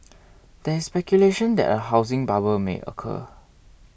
there is speculation that a housing bubble may occur